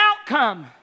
outcome